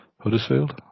Huddersfield